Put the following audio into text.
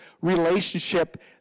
relationship